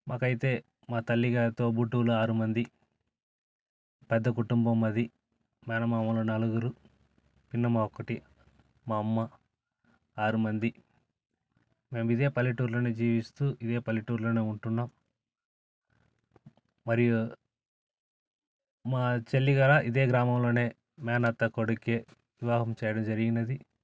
మాకైతే మా తల్లి గారి తోబుట్టువులు ఆరు మంది పెద్ద కుటుంబం అది మేనమామలు నలుగురు పిన్నమ్మ ఒకటి మా అమ్మ ఆరు మంది మేము ఇదే పల్లెటూరులోనే జీవిస్తు ఇదే పల్లెటూర్లోనే ఉంటున్నాం మరియు మా చెల్లి కూడా ఇదే గ్రామంలోనే మేనత్త కొడుకుకే వివాహం చేయడం జరిగినది